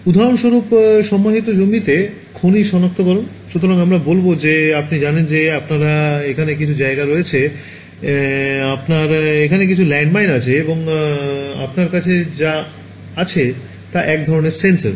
উদাহরণস্বরূপ সমাহিত জমিতে খনি সনাক্তকরণ সুতরাং আমরা বলবো যে আপনি জানেন যে আপনার এখানে কিছু জায়গা রয়েছে আপনার এখানে কিছু ল্যান্ডমাইন রয়েছে এবং আপনার কাছে যা আছে তা এক ধরণের সেন্সর